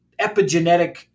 epigenetic